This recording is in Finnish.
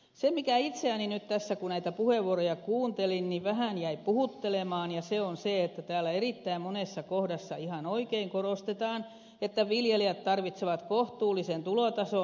se mikä itseäni nyt tässä kun näitä puheenvuoroja kuuntelin vähän jäi puhuttelemaan on se että täällä erittäin monessa kohdassa ihan oikein korostetaan että viljelijät tarvitsevat kohtuullisen tulotason